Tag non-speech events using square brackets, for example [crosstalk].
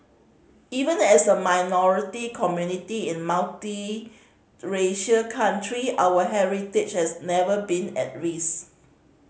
even as a minority community in [unintelligible] country our heritage has never been at risk